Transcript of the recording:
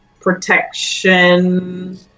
protection